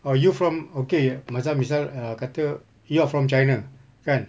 ah you from okay macam misal uh kata you're from china kan